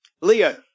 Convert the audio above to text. Leo